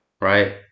right